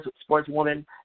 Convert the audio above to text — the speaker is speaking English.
sportswoman